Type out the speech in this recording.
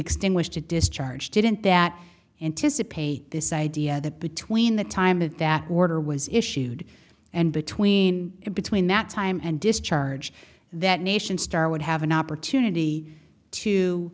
extinguished to discharge didn't that anticipate this idea that between the time that that warder was issued and between between that time and discharge that nation star would have an opportunity to